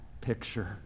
picture